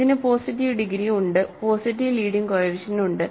ഇതിന് positive degree ഉണ്ട് positive leading coefficient ഉണ്ട്